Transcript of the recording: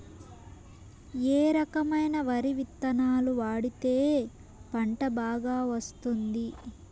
ఏ రకమైన వరి విత్తనాలు వాడితే పంట బాగా వస్తుంది?